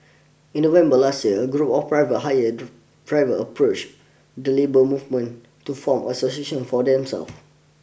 in November last year a group of private hire drivers approached the labour movement to form an association for themselves